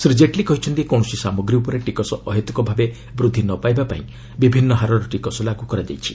ଶ୍ରୀ ଜେଟଲୀ କହିଛନ୍ତି କୌଣସି ସାମଗ୍ରୀ ଉପରେ ଟିକସ ଅହେତୁକ ଭାବେ ବୂଦ୍ଧି ନ ପାଇବା ପାଇଁ ବିଭିନ୍ନ ହାରର ଟିକସ ଲାଗୁ କରାଯାଇଛି